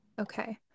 okay